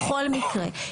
בכל מקרה,